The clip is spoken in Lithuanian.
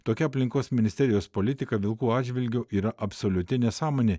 tokia aplinkos ministerijos politika vilkų atžvilgiu yra absoliuti nesąmonė